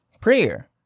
prayer